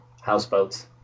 houseboats